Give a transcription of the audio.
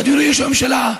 אדוני ראש הממשלה: